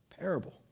parable